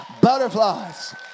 butterflies